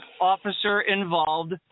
officer-involved